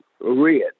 Red